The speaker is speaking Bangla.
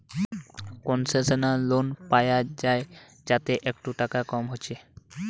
কোনসেশনাল লোন পায়া যায় যাতে একটু টাকা কম হচ্ছে